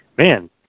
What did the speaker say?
man